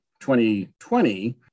2020